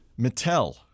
Mattel